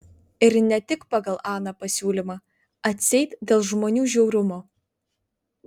ir ne tik pagal aną pasiūlymą atseit dėl žmonių žiaurumo